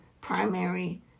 primary